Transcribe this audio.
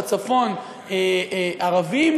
בצפון ערבים,